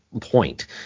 point